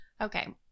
okay